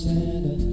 Santa